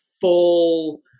full